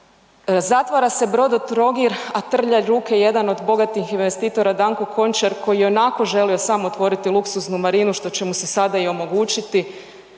zatvara se Brodotrogir, a trlja ruke jedan od bogatih investitora Danko Končar koji je ionako želio samo otvoriti luksuznu marinu što će mu se sada omogućiti